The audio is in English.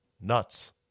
nuts